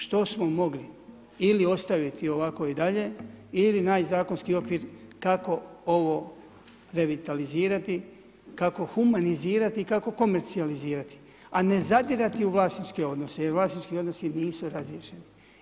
Što smo mogli ili ostaviti ovako i dalje ili naći zakonski okvir kako ovo revitalizirati, kako humanizirati i kako komercijalizirati a ne zadirati u vlasničke odnose jer vlasnički odnosi nisu razriješeni.